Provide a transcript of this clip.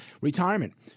retirement